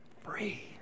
free